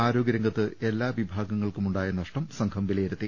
ആരോഗ്യരംഗത്ത് എല്ലാ വിഭാഗ ങ്ങൾക്കും ഉണ്ടായ നഷ്ടം സംഘം വിലയിരുത്തി